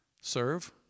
serve